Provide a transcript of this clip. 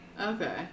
Okay